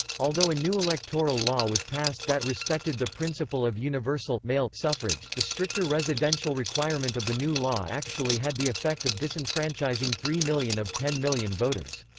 although a new electoral law was passed that respected the principle of universal ah suffrage, the stricter residential requirement of the new law actually had the effect of disenfranchising three million of ten million voters.